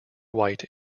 white